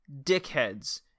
dickheads